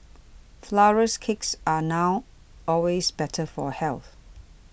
Flourless Cakes are now always better for health